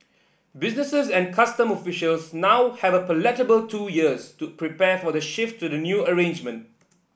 businesses and customs officials now have a palatable two years to prepare for the shift to the new arrangement